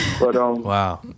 Wow